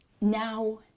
now